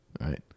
right